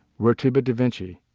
we're two bit da vinci,